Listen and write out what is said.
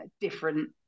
different